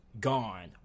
gone